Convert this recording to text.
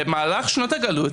במהלך שנות הגלות,